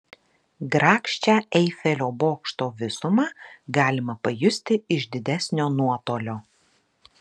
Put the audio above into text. grakščią eifelio bokšto visumą galima pajusti iš didesnio nuotolio